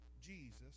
Jesus